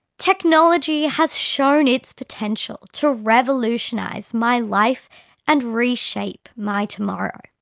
technology has shown its potential to revolutionise my life and reshape my tomorrow.